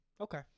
Okay